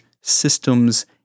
systems